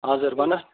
हजुर भन